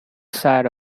side